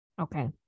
Okay